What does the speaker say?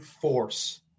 force